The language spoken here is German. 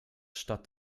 stadt